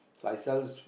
I sell